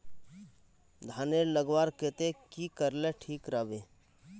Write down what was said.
धानेर लगवार केते की करले ठीक राब?